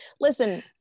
Listen